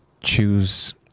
choose